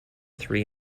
three